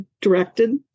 directed